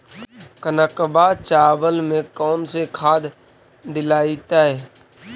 कनकवा चावल में कौन से खाद दिलाइतै?